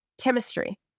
chemistry